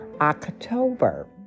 October